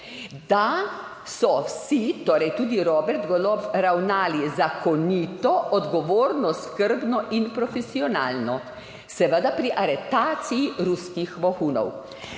da so vsi, torej tudi Robert Golob, ravnali zakonito, odgovorno, skrbno in profesionalno seveda pri aretaciji ruskih vohunov.